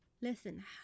Listen